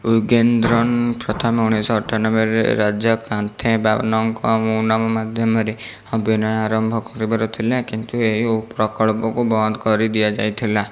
ୟୁଗେନ୍ଦ୍ରନ୍ ପ୍ରଥମେ ଉଣେଇଶି ଶହ ଅଠାନବେ ରେ ରାଜା କାନ୍ଥେବାନଙ୍କ ମୌନାମ ମାଧ୍ୟମରେ ଅଭିନୟ ଆରମ୍ଭ କରିବାର ଥିଲା କିନ୍ତୁ ଏହି ପ୍ରକଳ୍ପକୁ ବନ୍ଦ କରି ଦିଆଯାଇଥିଲା